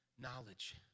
knowledge